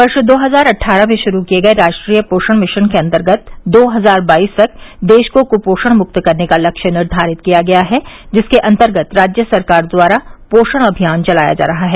वर्ष दो हजार अट्ठारह में शुरू किये गये राष्ट्रीय पोषण मिशन के अन्तर्गत दो हजार बाईस तक देश को कुपोषण मुक्त करने का लक्ष्य निर्धारित किया गया है जिसके अन्तर्गत राज्य सरकारों द्वारा पोषण अभियान चलाया जा रहा है